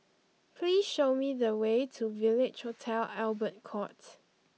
please show me the way to Village Hotel Albert Court